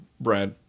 brad